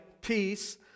peace